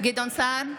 גדעון סער,